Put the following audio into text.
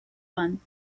one